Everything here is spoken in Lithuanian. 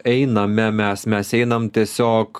einame mes mes einam tiesiog